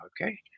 okay